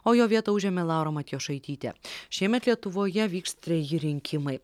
o jo vietą užėmė laura matjošaitytė šiemet lietuvoje vyks treji rinkimai